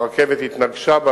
הרכבת התנגשה בה.